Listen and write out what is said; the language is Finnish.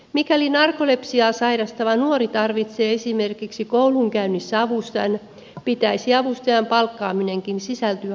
mikäli narkolepsiaa sairastava nuori tarvitsee esimerkiksi koulunkäynnissä avustajan pitäisi avustajan palkkaamisenkin sisältyä korvauslain piiriin